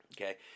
Okay